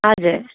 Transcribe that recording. हजुर